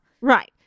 Right